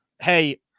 Hey